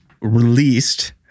released